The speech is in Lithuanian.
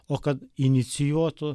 o kad inicijuotų